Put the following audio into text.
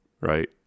right